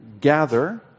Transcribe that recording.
gather